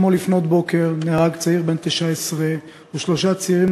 אתמול לפנות בוקר נהרג צעיר בן 19 ושלושה צעירים